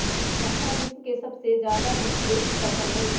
मक्का विश्व के सबसे ज्यादा वितरित फसल हई